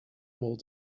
more